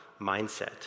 mindset